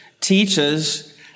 teaches